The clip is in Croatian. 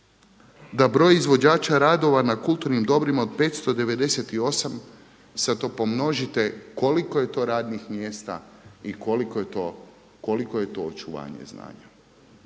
da broj izvođača radova na kulturnim dobrima od 598, sada to pomnožite koliko je to radnih mjesta i koliko je to očuvanja i znanja.